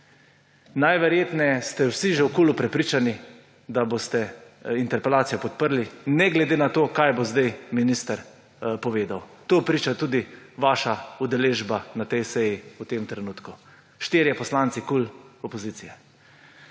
Najverjetneje ste vsi v KUL že prepričani, da boste interpelacijo podprli, ne glede na to, kaj bo zdaj minister povedal. To priča tudi vaša udeležba na tej seji v tem trenutku: štirje poslanci opozicije